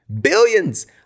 Billions